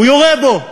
הוא יורה בו,